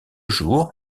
jours